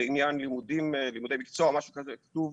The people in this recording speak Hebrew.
לעניין לימודי מקצוע משהו כזה שכתוב,